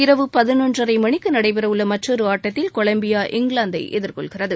இரவு பதினொன்றரை மணிக்கு நடைபெற உள்ள மற்றொரு ஆட்டத்தில் கொலம்பியா இங்கிலாந்தை எதிர்கொள்கிறது